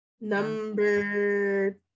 Number